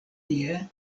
tie